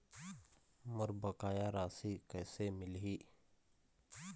मोर बकाया राशि कैसे मिलही?